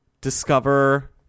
discover